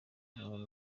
hamwe